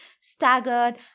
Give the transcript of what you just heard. staggered